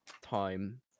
time